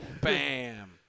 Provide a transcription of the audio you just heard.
Bam